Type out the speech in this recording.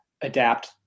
adapt